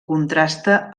contrasta